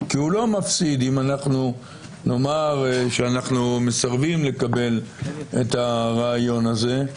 כי הוא לא מפסיד אם נאמר שאנחנו מסרבים לקבל את הרעיון הזה.